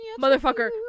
motherfucker